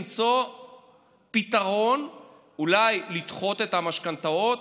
למצוא פתרון: אולי לדחות את המשכנתאות,